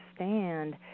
understand